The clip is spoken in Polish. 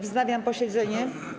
Wznawiam posiedzenie.